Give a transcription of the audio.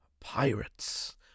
pirates